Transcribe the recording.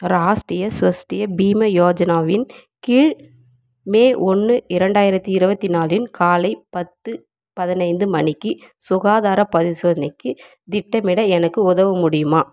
ராஷ்ட்ரிய ஸொஸ்திய பீம யோஜனாவின் கீழ் மே ஒன்று இரண்டாயிரத்தி இருபத்தி நாளின் காலை பத்து பதினைந்து மணிக்கு சுகாதாரப் பரிசோதனைக்கு திட்டமிட எனக்கு உதவ முடியுமா